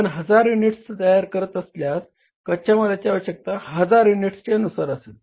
आपण हजार युनिट्स तयार करत असल्यास कच्या मालाची आवश्यकता हजार युनिट्सनुसार असेल